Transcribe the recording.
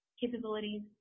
capabilities